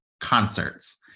concerts